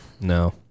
No